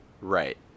Right